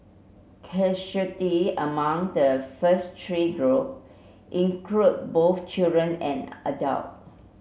casualty among the first three group include both children and adult